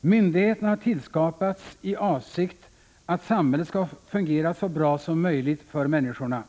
Myndigheterna har tillskapats i avsikt att samhället skall fungera så bra som möjligt för människorna.